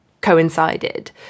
coincided